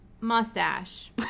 mustache